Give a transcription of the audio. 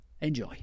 Enjoy